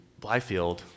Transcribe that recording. Blyfield